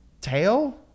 tail